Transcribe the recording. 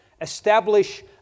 establish